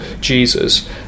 Jesus